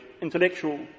intellectual